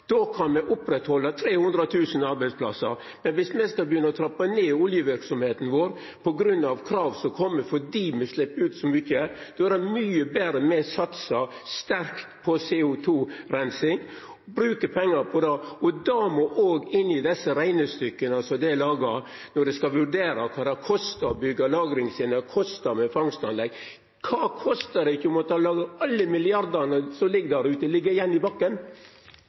Då kan me oppretthalda 300 000 arbeidsplassar, men viss me skal begynna å trappa ned oljeverksemda vår på grunn av krav som kjem fordi me slepper ut for mykje, er det mykje betre at me satsar sterkt på CO 2 -reinsing – brukar pengar på det. Det må òg inn i desse reknestykka som ein lagar, når ein skal vurdera kva det kostar å byggja lagring, og kva det kostar med fangstanlegg. Kva kostar det ikkje å måtta la alle milliardane som ligg der ute, liggja igjen i bakken?